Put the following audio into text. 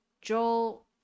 Joel